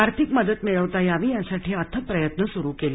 आर्थिक मदत मिळवता यावी यासाठी अथक प्रयत्न सुरू केले